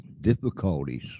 difficulties